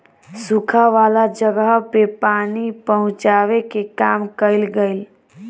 सुखा वाला जगह पे पानी पहुचावे के काम कइल गइल